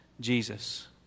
Jesus